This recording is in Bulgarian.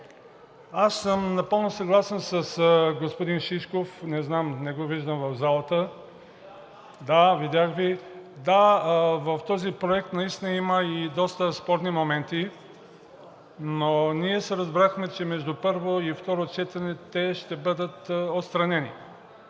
Аз съм напълно съгласен с господин Шишков, не знам, не го виждам в залата. Да видях Ви, да, в този проект наистина има и доста спорни моменти, но ние се разбрахме, че между първо и второ четене те ще бъдат отстранени.